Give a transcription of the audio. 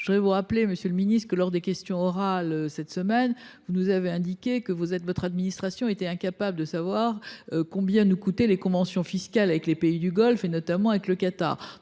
je voudrais vous rappeler, monsieur le ministre, que la semaine dernière encore, lors de notre séance de questions orales, vous nous avez indiqué que votre administration était incapable de savoir combien nous coûtaient les conventions fiscales avec les pays du Golfe, notamment avec le Qatar.